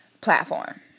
platform